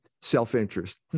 Self-interest